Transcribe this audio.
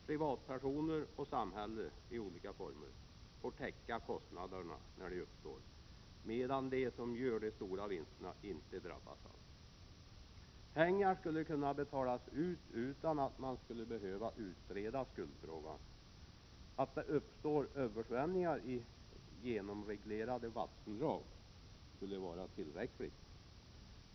Privatpersoner och samhället i olika former får täcka kostnaderna när de uppstår, medan de som gör de stora vinsterna inte drabbas alls. Pengar skulle kunna betalas ut utan att man skulle behöva utreda skuldfrågan. Att det uppstår översvämningar i genomreglerade vattendrag skulle vara tillräckligt.